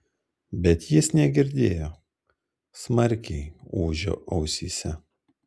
bet jis negirdėjo smarkiai ūžė ausyse